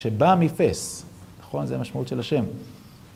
שבאה מפס, נכון? זו המשמעות של השם.